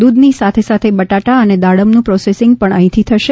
દૂધની સાથે સાથે બટાટા અને દાડમનું પ્રોસેસીંગ પણ અહીંથી થશે